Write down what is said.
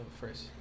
first